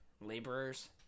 laborers